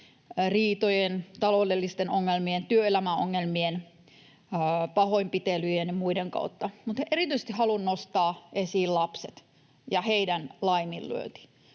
riitojen, taloudellisten ongelmien, työelämän ongelmien, pahoinpitelyjen ja muiden kautta. Erityisesti haluan nostaa esiin lapset ja heidän laiminlyöntinsä.